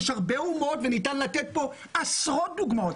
יש הרבה אומות, וניתן לתת פה עשרות דוגמאות.